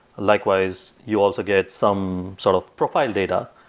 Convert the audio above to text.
likewise, you also get some sort of profile data.